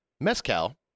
mezcal